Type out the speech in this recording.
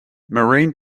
marine